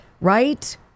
right